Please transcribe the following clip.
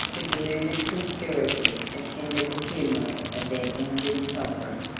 the deluded conspirators attended the funeral of their injured sovereign,